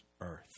earth